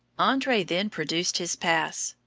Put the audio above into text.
andre then produced his pass,